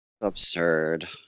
Absurd